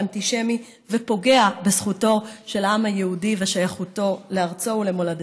אנטישמי ופוגע בזכותו של העם היהודי ובשייכותו לארצו ולמולדתו,